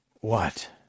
What